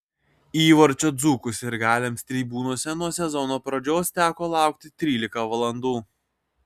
įvarčio dzūkų sirgaliams tribūnose nuo sezono pradžios teko laukti trylika valandų